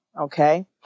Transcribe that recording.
Okay